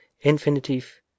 infinitive